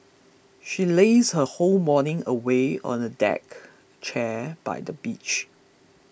she lazed her whole morning away on a deck chair by the beach